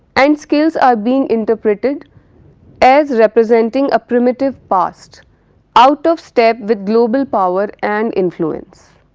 and skills are being interpreted as representing a primitive past out of step with global power and influence.